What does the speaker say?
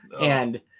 and-